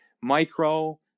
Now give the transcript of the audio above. micro